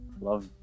love